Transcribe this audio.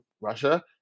Russia